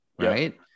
right